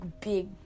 big